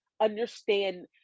understand